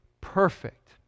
perfect